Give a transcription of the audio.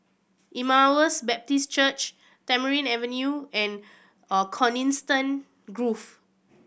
Emmaus Baptist Church Tamarind Avenue and Coniston Grove